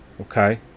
Okay